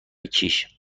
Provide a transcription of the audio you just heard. کیش